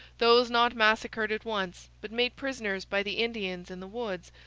those not massacred at once, but made prisoners by the indians in the woods,